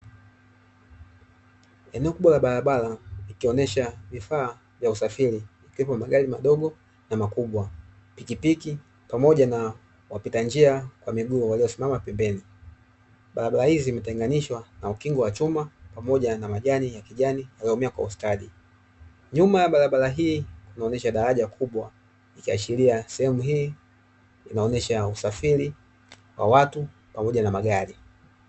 Eneo kubwa la barabara likionyesha vifaa vya usafiri, vipo magari madogo na makubwa pikipiki pamoja na wapita njia kwa miguu waliosimama pembeni. Barabara hizi zimetengenishwa na ukingo wa chuma pamoja na majani ya kijani yaliyomea kwa ustadi nyuma ya barabara hii tunaonyeshwa daraja kubwa likiashiria sehemu hii kunaonyesha usafiri wa watu pamoja na magari.